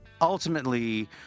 ultimately